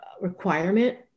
requirement